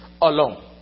alone